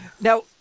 now